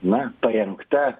na parengta